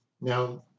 Now